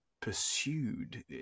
pursued